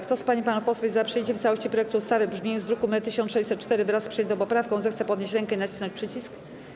Kto z pań i panów posłów jest za przyjęciem w całości projektu ustawy w brzmieniu z druku nr 1604 wraz przyjętą poprawką, zechce podnieść rękę i nacisnąć przycisk.